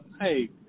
hey